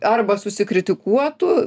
arba susikritikuotų